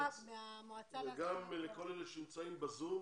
גם לכל אלה שנמצאים בזום.